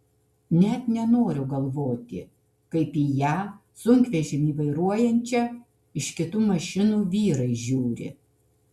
net nenoriu galvoti kaip į ją sunkvežimį vairuojančią iš kitų mašinų vyrai žiūri